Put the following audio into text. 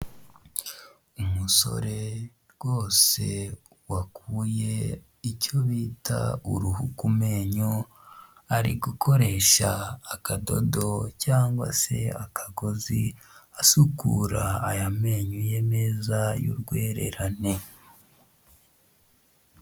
Umusore rwose wakuye icyo bita uruhu ku memyo, ari gukoresha akadodo cyangwa se akagozi, asukura aya menyo ye meza y'urwererane.